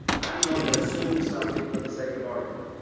i'm going to assume something for the sake of argument,